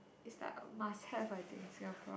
it's like a must have I think in Singapore